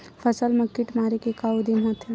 फसल मा कीट मारे के का उदिम होथे?